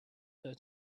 her